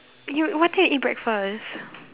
you what time you eat breakfast